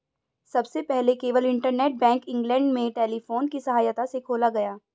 सबसे पहले केवल इंटरनेट बैंक इंग्लैंड में टेलीफोन की सहायता से खोला गया